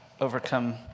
overcome